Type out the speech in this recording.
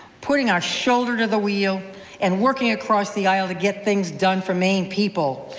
putting our shoulder to the wheel and working across the aisle to get things done for maine people.